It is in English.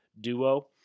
duo